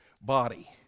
body